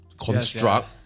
construct